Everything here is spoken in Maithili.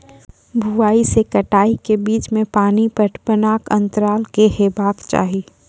बुआई से कटाई के बीच मे पानि पटबनक अन्तराल की हेबाक चाही?